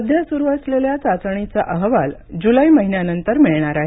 सध्या सुरू असलेल्या चाचणीचा अहवाल जुलै महिन्यानंतर मिळणार आहे